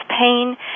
pain